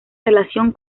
relación